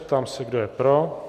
Ptám se, kdo je pro.